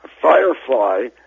Firefly